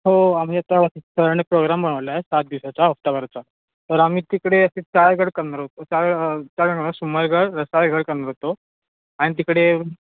हो आम्ही आता सगळ्यांनी प्रोग्राम बनवला आहे आहे सात दिवसाचा हफ्त्याभराचा तर आम्ही तिकडे असे चार गड करणार होतो चार चार गड सुमारगड रसाळगड करणार होतो आणि तिकडे